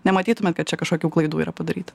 nematytumėt kad čia kažkokių klaidų yra padaryta